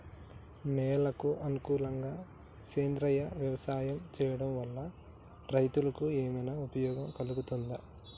నేలకు అనుకూలంగా సేంద్రీయ వ్యవసాయం చేయడం వల్ల రైతులకు ఏమన్నా ఉపయోగం కలుగుతదా?